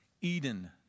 Eden